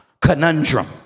conundrum